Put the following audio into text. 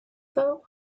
though